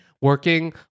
working